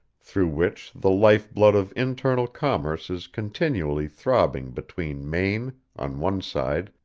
through which the life-blood of internal commerce is continually throbbing between maine, on one side,